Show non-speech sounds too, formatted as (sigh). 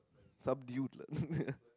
some dude lah (laughs)